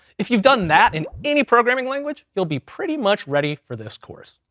if you've done that in any programming language, you'll be pretty much ready for this course.